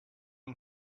him